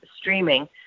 streaming